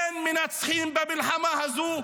אין מנצחים במלחמה הזו,